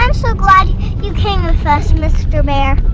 um so glad you came with us mr. bear